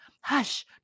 Hush